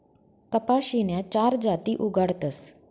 कपाशीन्या चार जाती उगाडतस